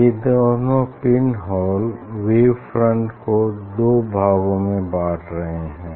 ये दोनों pin hole wave front को दो भागों में बाँट रहे हैं